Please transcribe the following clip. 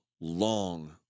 long